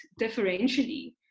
differentially